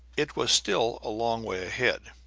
it was still a long way ahead.